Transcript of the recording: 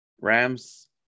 Rams